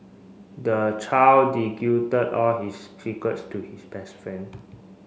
the child all his secrets to his best friend